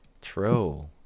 true